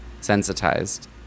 sensitized